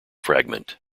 fragment